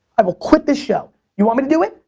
i will quit this show. you want me to do it,